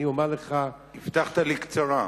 הבטחת לי קצרה.